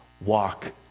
Walk